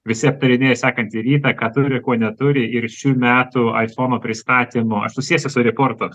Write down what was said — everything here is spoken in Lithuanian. visi aptarinėja sekantį rytą ką turi ko neturi ir šių metų aifono pristatymo aš susiesiu su riportu